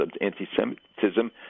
anti-Semitism